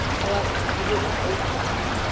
however, he would not wait for this,